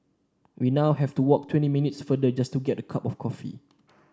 we now have to walk twenty minutes farther just to get a cup of coffee